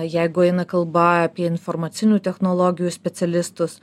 jeigu eina kalba apie informacinių technologijų specialistus